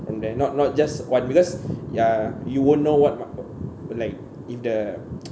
and they're not not just what because ya you won't know what market like if the